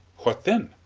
what then?